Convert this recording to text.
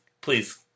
please